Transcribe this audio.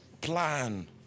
plan